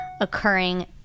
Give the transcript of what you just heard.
occurring